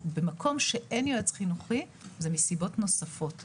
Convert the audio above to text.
במקום שאין יועץ חינוכי, זה מסיבות נוספות.